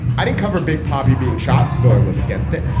i didn't cover big poppi being shot, though. i was against it.